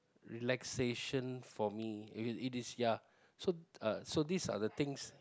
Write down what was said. relaxation for me it it is ya so uh so these are the things